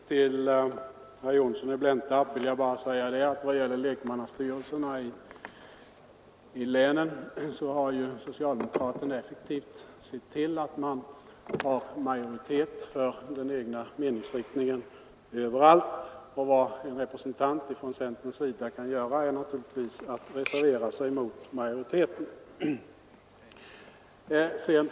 Herr talman! Till herr Johnsson i Blentarp vill jag bara säga att socialdemokraterna vad gäller lekmannastyrelsen i länen effektivt har sett till att de har majoritet för den egna meningsriktningen överallt. Vad en representant för centern kan göra är naturligtvis att reservera sig mot majoriteten.